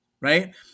right